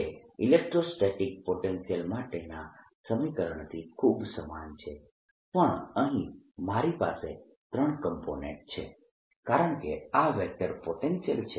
જે electrostatic potential માટેના સમીકરણથી ખૂબ સમાન છે પણ અહીં મારી પાસે ત્રણ કોમ્પોનેન્ટસ છે કારણકે આ વેક્ટર પોટેન્શિયલ છે